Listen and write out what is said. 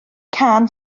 cân